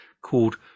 called